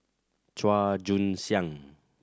Chua Joon Siang